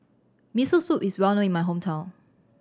Miso Soup is well known in my hometown